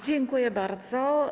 Dziękuję bardzo.